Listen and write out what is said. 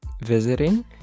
visiting